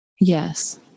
Yes